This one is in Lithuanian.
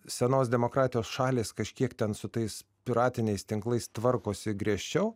senos demokratijos šalys kažkiek ten su tais piratiniais tinklais tvarkosi griežčiau